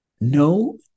no